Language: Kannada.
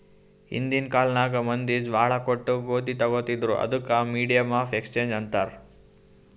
ಹಿಂದಿನ್ ಕಾಲ್ನಾಗ್ ಮಂದಿ ಜ್ವಾಳಾ ಕೊಟ್ಟು ಗೋದಿ ತೊಗೋತಿದ್ರು, ಅದಕ್ ಮೀಡಿಯಮ್ ಆಫ್ ಎಕ್ಸ್ಚೇಂಜ್ ಅಂತಾರ್